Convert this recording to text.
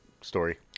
story